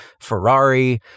Ferrari